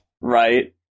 right